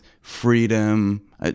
freedom